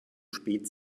spät